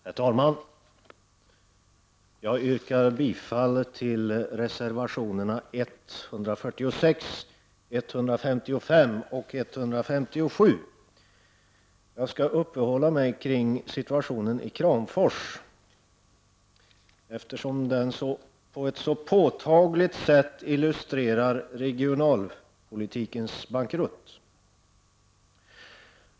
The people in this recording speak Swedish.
Herr talman! Jag yrkar bifall till reservationerna 146, 155 och 157. Jag skall uppehålla mig kring situationen i Kramfors, eftersom den på ett sådant påtagligt sätt illustrerar regionalpolitikens bankrutt.